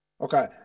Okay